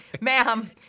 ma'am